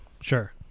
sure